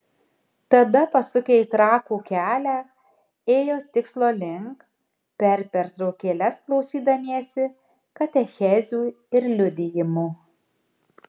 tada pasukę į trakų kelią ėjo tikslo link per pertraukėles klausydamiesi katechezių ir liudijimų